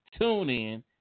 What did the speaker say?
TuneIn